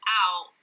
out